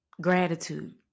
Gratitude